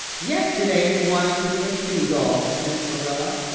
yesterday you wanted to be a sea gull, sniffed marilla.